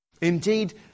Indeed